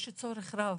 יש צורך רב,